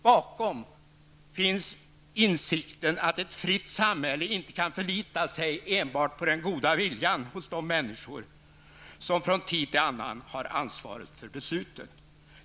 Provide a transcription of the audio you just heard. Bakom detta finns insikten att ett fritt samhälle inte kan förlita sig enbart på den goda viljan hos de människor som från tid till annan har ansvaret för besluten.